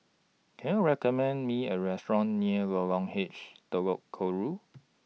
Can YOU recommend Me A Restaurant near Lorong H Telok Kurau